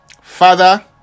Father